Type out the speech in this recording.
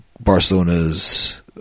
Barcelona's